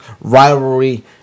rivalry